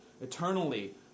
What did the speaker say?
Eternally